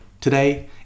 Today